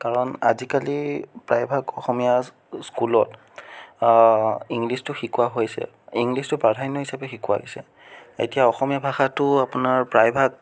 কাৰণ আজিকালি প্ৰায়ভাগ অসমীয়া স্কুলত ইংলিছটো শিকোৱা হৈছে ইংলিছটো প্ৰাধান্য় হিচাপে শিকোৱা হৈছে এতিয়া অসমীয়া ভাষাটো আপোনাৰ প্ৰায়ভাগ